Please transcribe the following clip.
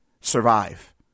survive